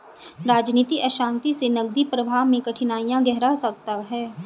राजनीतिक अशांति से नकदी प्रवाह में कठिनाइयाँ गहरा सकता है